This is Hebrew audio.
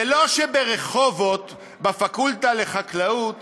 זה לא שברחובות בפקולטה לחקלאות